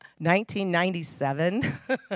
1997